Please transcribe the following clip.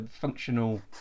Functional